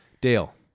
Dale